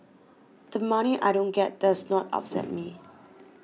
the money I don't get does not upset me